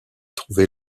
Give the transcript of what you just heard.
trouver